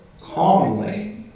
calmly